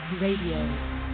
Radio